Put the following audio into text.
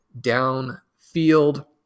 downfield